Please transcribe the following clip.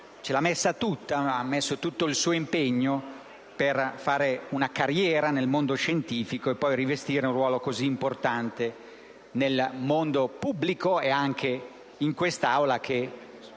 ce la mise tutta, con impegno, per fare carriera nel mondo scientifico e poi rivestire un ruolo così importante nel mondo pubblico e anche in quest'Aula, che